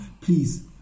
please